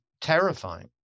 terrifying